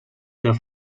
the